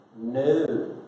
No